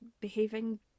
behaving